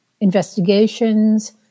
investigations